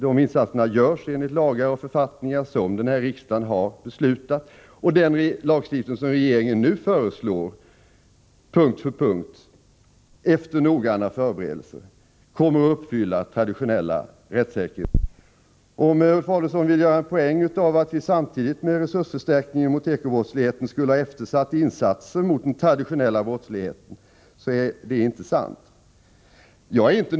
De insatserna görs enligt lagar och författningar som denna riksdag har beslutat om, och den lagstiftning som regeringen nu föreslår efter noggranna förberedelser uppfyller under punkt efter punkt traditionella rättssäkerhetskrav — det lovar jag. Om Ulf Adelsohn vill göra en poäng av att vi samtidigt med resursförstärkningen mot ekobrottsligheten skulle ha eftersatt insatserna mot den traditionella brottsligheten, kan jag bara konstatera att det inte är sant.